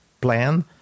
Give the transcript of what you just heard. plan